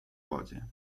wodzie